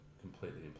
completely